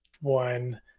one